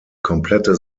komplette